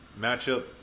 matchup